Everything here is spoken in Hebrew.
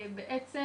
בעצם,